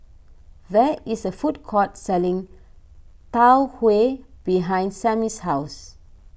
there is a food court selling Tau Huay behind Sammy's house